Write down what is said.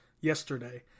yesterday